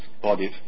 bodies